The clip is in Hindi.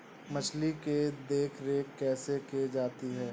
मछली की देखरेख कैसे की जाती है?